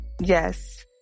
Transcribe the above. Yes